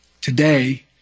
Today